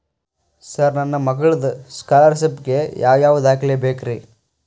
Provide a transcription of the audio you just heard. Sir ನನ್ನ ಮಗ್ಳದ scholarship ಗೇ ಯಾವ್ ಯಾವ ದಾಖಲೆ ಬೇಕ್ರಿ?